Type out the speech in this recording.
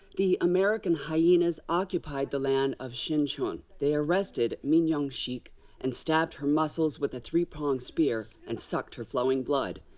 the american hyenas occupied the land of sinchon. they arrested min youngshik and stabbed her muscles with a three-pronged spear and sucked her flowing blood.